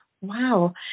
wow